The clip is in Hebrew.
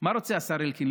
מה רוצה השר אלקין?